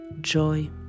joy